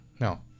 no